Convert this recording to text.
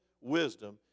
wisdom